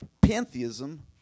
pantheism